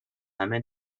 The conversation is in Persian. همه